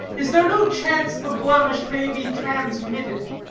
is there no chance the blemish may be transmitted?